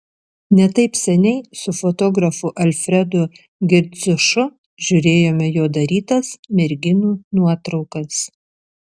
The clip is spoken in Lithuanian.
ne taip seniai su fotografu alfredu girdziušu žiūrėjome jo darytas merginų nuotraukas